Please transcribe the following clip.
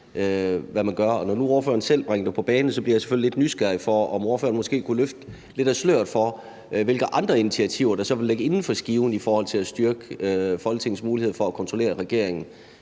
når nu ordføreren selv bringer det på banen, bliver jeg selvfølgelig lidt nysgerrig på, om ordføreren måske kunne løfte lidt af sløret for, hvilke andre initiativer der så vil ligge inden for skiven i forhold til at styrke Folketingets mulighed for at kontrollere regeringen.